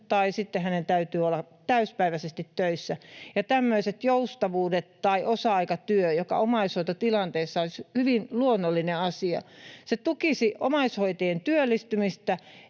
tai sitten hänen täytyy olla täyspäiväisesti töissä, ja tämmöiset joustavuudet tai osa-aikatyö, joka omaishoitotilanteessa olisi hyvin luonnollinen asia, tukisi omaishoitajien työllistymistä